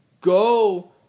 go